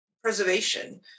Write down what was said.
preservation